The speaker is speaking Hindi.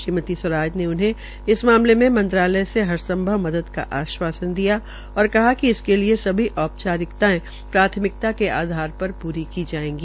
श्रीमती स्वराज ने उन्हें इस मामले में मंत्रालय से हरसभंव मदद का आश्वासन दिया और कहा कि इसके लिये सभी औपचारिकतायें प्राथमिकता के आधार पर पुरी जायेंगी